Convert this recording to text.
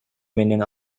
менен